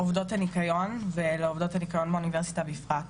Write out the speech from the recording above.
עובדות הניקיון ועובדות הניקיון באוניברסיטה בפרט.